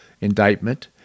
indictment